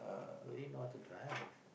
already know how to drive